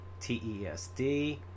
TESD